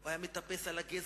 הוא היה מטפס על הגזע